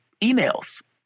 emails